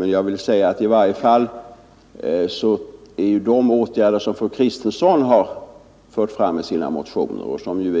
Men jag vill samtidigt säga att i varje fall de åtgärder som fru Kristensson fört fram i sina motioner och som